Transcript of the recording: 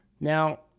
Now